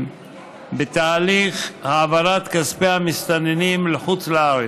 בתהליך העברת כספי המסתננים לחוץ-לארץ.